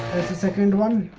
second one